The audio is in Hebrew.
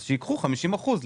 אז שייקחו 50 אחוזים.